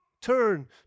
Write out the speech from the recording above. Turn